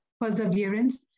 perseverance